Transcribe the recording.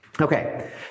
Okay